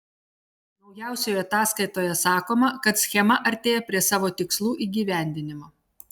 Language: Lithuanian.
naujausioje ataskaitoje sakoma kad schema artėja prie savo tikslų įgyvendinimo